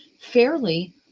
fairly